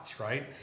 right